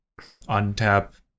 untap